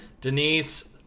Denise